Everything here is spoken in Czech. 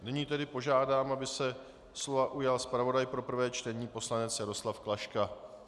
Nyní tedy požádám, aby se slova ujal zpravodaj pro prvé čtení, poslanec Jaroslav Klaška.